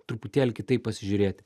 truputėlį kitaip pasižiūrėti